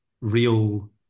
real